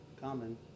common